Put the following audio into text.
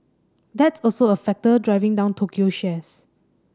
that's also a factor driving down Tokyo shares